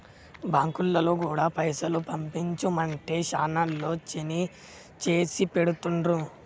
బాంకులోల్లు గూడా పైసలు పంపించుమంటే శనాల్లో చేసిపెడుతుండ్రు